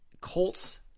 Colts